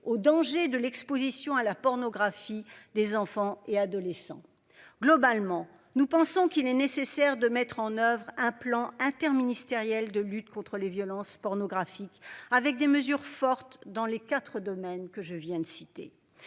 aux dangers de l'Exposition à la pornographie des enfants et adolescents. Globalement, nous pensons qu'il est nécessaire de mettre en oeuvre un plan interministériel de lutte contre les violences pornographiques avec des mesures fortes dans les 4 domaines que je viens de citer.